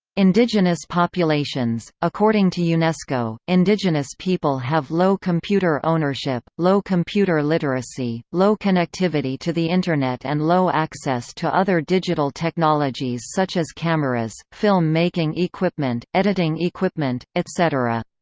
indigenous populations according to unesco, indigenous people have low computer ownership, low computer literacy, low connectivity to the internet and low access to other digital technologies such as cameras, film-making equipment, editing equipment, etc.